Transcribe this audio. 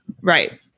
Right